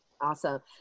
Awesome